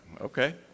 okay